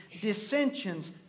dissensions